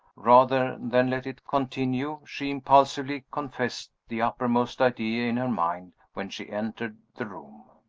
rather than let it continue, she impulsively confessed the uppermost idea in her mind when she entered the room.